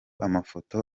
amafoto